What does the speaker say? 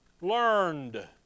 Learned